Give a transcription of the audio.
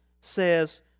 says